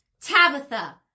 Tabitha